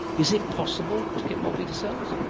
is it possible to get more beta cells?